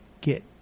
get